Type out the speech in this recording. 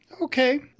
Okay